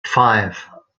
five